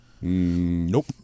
Nope